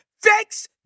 Fix